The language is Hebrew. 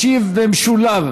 ישיב במשולב על